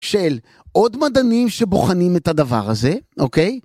של עוד מדענים שבוחנים את הדבר הזה, אוקיי?